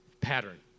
pattern